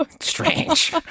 strange